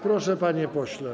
Proszę, panie pośle.